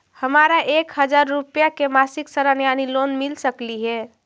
हमरा के एक हजार रुपया के मासिक ऋण यानी लोन मिल सकली हे?